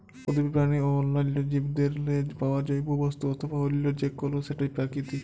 উদ্ভিদ, পেরানি অ অল্যাল্য জীবেরলে পাউয়া জৈব বস্তু অথবা অল্য যে কল সেটই পেরাকিতিক